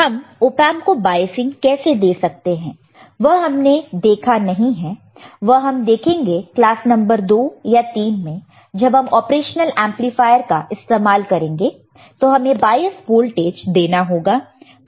हम ऑपएंप को बायसिंग कैसे दे सकते हैं वह हमने देखा नहीं है वह हम देखेंगे क्लास नंबर 2 या 3 में जब हम ऑपरेशनल एमप्लीफायर का इस्तेमाल करेंगे तो हमें बायस वोल्टेज देना होगा